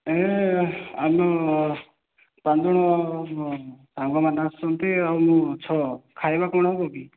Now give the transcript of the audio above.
ଆମେ ଆମ ପାଞ୍ଚଜଣ ସାଙ୍ଗମାନେ ଆସିଛନ୍ତି ଆଉ ଛଅଜଣ ଖାଇବା କ'ଣ ହବ କି